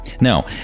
Now